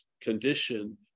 condition